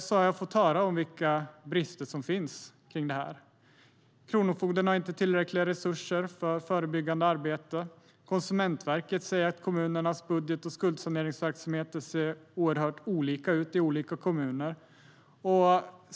Då har jag fått höra om vilka brister som finns kring detta. Kronofogden har inte tillräckliga resurser för förebyggande arbete. Konsumentverket säger att kommunernas budget och skuldsaneringsverksamheter ser oerhört olika ut i olika kommuner.